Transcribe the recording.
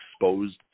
exposed